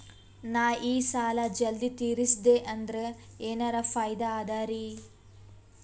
ನಾ ಈ ಸಾಲಾ ಜಲ್ದಿ ತಿರಸ್ದೆ ಅಂದ್ರ ಎನರ ಫಾಯಿದಾ ಅದರಿ?